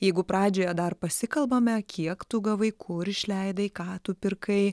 jeigu pradžioje dar pasikalbame kiek tu gavai kur išleidai ką tu pirkai